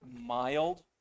mild